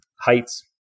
heights